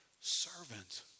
servant